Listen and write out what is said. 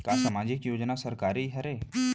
का सामाजिक योजना सरकारी हरे?